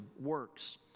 works